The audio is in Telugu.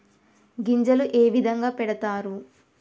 గింజలు ఏ విధంగా పెడతారు?